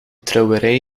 trouwerij